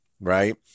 right